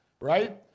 Right